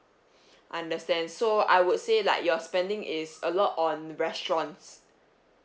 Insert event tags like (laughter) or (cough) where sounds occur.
(breath) understand so I would say like your spending is a lot on restaurants